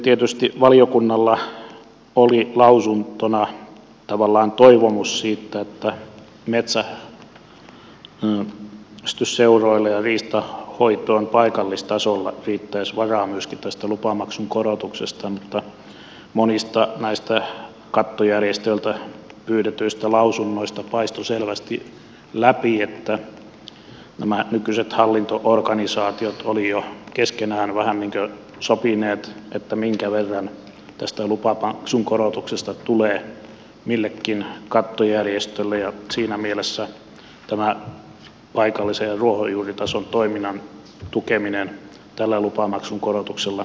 tietysti valiokunnalla oli lausuntona tavallaan toivomus siitä että metsästysseuroille ja riistanhoitoon paikallistasolla riittäisi varaa myöskin tästä lupamaksun korotuksesta mutta monista näistä kattojärjestöiltä pyydetyistä lausunnoista paistoi selvästi läpi että nämä nykyiset hallinto organisaatiot olivat jo keskenään vähän niin kuin sopineet minkä verran tästä lupamaksun korotuksesta tulee millekin kattojärjestölle ja siinä mielessä tämä paikallisen ruohonjuuritason toiminnan tukeminen tällä lupamaksun korotuksella vaikuttaa heikolta